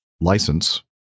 license